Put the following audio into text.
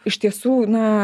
iš tiesų na